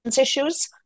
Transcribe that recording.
issues